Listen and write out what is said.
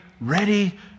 ready